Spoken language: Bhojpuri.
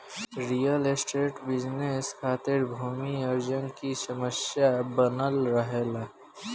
रियल स्टेट बिजनेस खातिर भूमि अर्जन की समस्या बनल रहेला